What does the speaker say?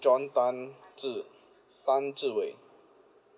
john tan zi tan zi wei